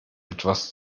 etwas